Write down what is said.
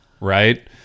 Right